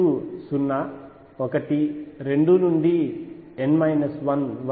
n 0 1 2 నుండి n 1